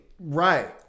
Right